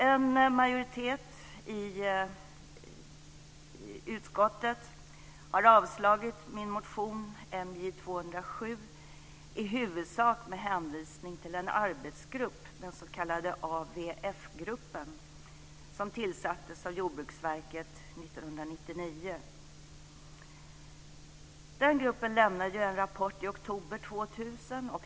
En majoritet i utskottet har avslagit min motion, MJ207, i huvudsak med hänvisning till en arbetsgrupp, den s.k. AVF-gruppen, som tillsattes av Jordbruksverket 1999. Den gruppen lämnade en rapport i oktober 2000.